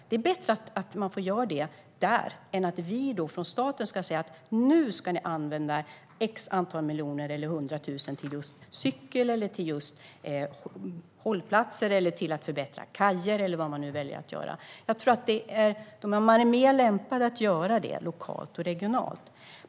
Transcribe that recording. Det är bättre att det görs där än att vi från staten ska säga att man nu ska använda ett visst antal miljoner eller hundra tusen till just cykling, till hållplatser, till att förbättra kajer eller vad man nu väljer att göra. Jag tror att man är mer lämpad att göra det lokalt och regionalt.